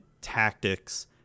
Tactics